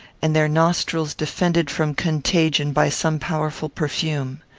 and their nostrils defended from contagion by some powerful perfume.